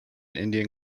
indian